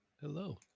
Hello